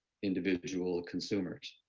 individual consumers.